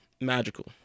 Magical